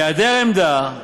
בהיעדר עמדה,